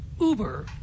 uber